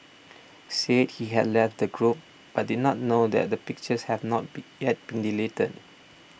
said he had left the group but did not know that the pictures have not be yet been deleted